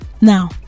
Now